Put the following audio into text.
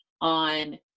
on